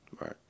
Right